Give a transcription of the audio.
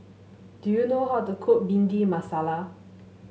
do you know how to cook Bhindi Masala